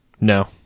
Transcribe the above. No